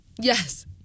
Yes